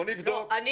בוא נבדוק --- לא,